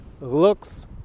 looks